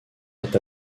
est